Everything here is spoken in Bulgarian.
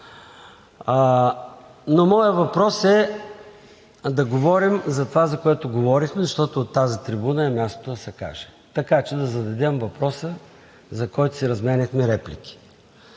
Но моят въпрос е да говорим за това, за което говорихме, защото от тази трибуна е мястото да се каже, така че да зададем въпроса, за който си разменяхме реплики.